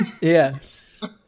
Yes